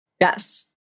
Yes